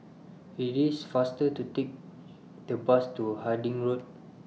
IT IS faster to Take The Bus to Harding Road